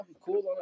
cool